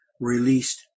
released